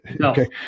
Okay